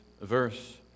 verse